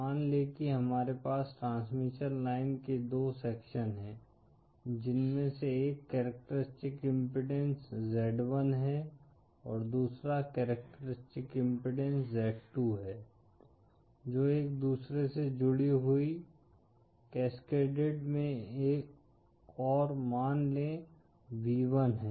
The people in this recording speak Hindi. मान लें कि हमारे पास ट्रांसमिशन लाइन के 2 सेक्शन हैं जिनमें से एक कैरेक्टरिस्टिक इम्पीडेन्स z1 है और दूसरा कैरेक्टरिस्टिक इम्पीडेन्स z2 है जो एक दूसरे से जुड़ी हुई है कास्केडेड में और मान लें v1 है